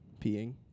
peeing